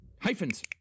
Hyphens